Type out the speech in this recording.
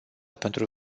pentru